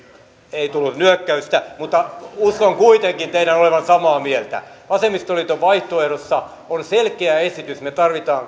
ei tullut nyökkäystä mutta uskon kuitenkin teidän olevan samaa mieltä vasemmistoliiton vaihtoehdossa on selkeä esitys me tarvitsemme